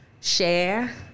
share